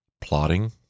plotting